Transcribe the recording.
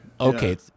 Okay